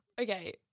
Okay